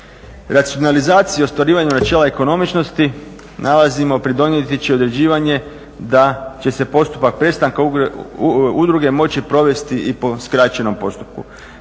Racionalizacija u ostvarivanju načela ekonomičnosti nalazimo pridonijeti će određivanje da će se postupak prestanka udruge moći provesti i po skraćenom postupku.